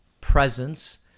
presence